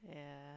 yeah